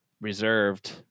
reserved